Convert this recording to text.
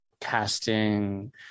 casting